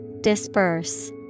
Disperse